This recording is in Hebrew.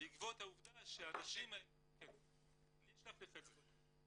בעקבות העובדה שאנשים ------ אני אשלח לך את זה.